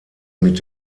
mit